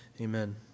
Amen